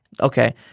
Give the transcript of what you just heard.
Okay